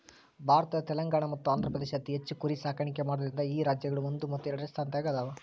ಭಾರತದ ತೆಲಂಗಾಣ ಮತ್ತ ಆಂಧ್ರಪ್ರದೇಶ ಅತಿ ಹೆಚ್ಚ್ ಕುರಿ ಸಾಕಾಣಿಕೆ ಮಾಡೋದ್ರಿಂದ ಈ ರಾಜ್ಯಗಳು ಒಂದು ಮತ್ತು ಎರಡನೆ ಸ್ಥಾನದಾಗ ಅದಾವ